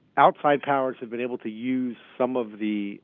outside powers have been able to use some of the